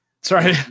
sorry